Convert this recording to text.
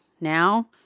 Now